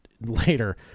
later